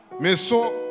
Meso